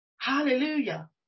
Hallelujah